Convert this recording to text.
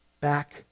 back